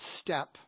step